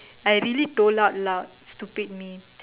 I really told out loud stupid me